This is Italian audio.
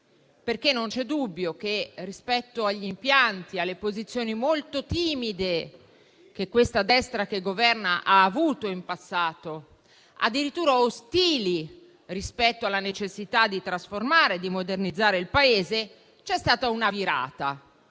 perché non c'è dubbio che rispetto agli impianti, alle posizioni molto timide che questa destra che governa ha avuto in passato, addirittura ostili rispetto alla necessità di trasformare e di modernizzare il Paese, c'è stata una virata